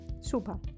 Super